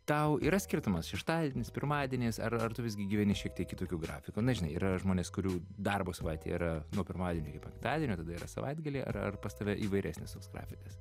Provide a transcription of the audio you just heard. tau yra skirtumas šeštadienis pirmadienis ar ar tu visgi gyveni šiek tiek kitokiu grafiku na žinai yra žmonės kurių darbo savaitė yra nuo pirmadienio iki penktadienio tada yra savaitgaliai ar ar pas tave įvairesnis toks grafikas